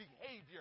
behavior